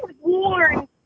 warned